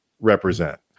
represent